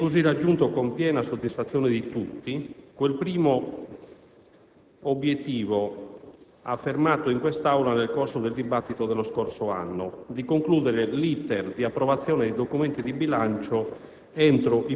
Si è così raggiunto, con piena soddisfazione di tutti, quel primo obiettivo, affermato in quest'Aula nel corso del dibattito dello scorso anno, di concludere *l'iter* di approvazione dei documenti di bilancio